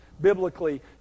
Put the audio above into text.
biblically